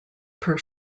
per